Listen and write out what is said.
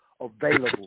available